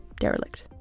derelict